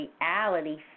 reality